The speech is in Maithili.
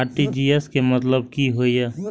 आर.टी.जी.एस के मतलब की होय ये?